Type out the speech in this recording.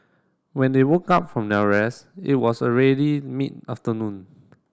when they woke up from their rest it was already mid afternoon